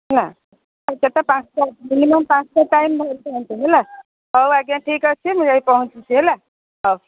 ହେଲା ସାଢ଼େ ଚାରିଟା ପାଞ୍ଚଟା ମିନିମମ୍ ପାଞ୍ଚଟା ଟାଇମ୍ ଧରି ଦିଅନ୍ତୁ ହେଲା ହଉ ଆଜ୍ଞା ଠିକ୍ ଅଛି ମୁଁ ଯାଇକି ପହଞ୍ଚୁଛି ହେଲା ହଉ